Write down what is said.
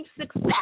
success